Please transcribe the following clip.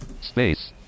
Space